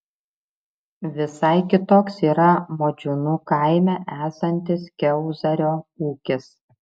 visai kitoks yra modžiūnų kaime esantis kiauzario ūkis